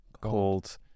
called